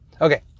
Okay